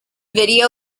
video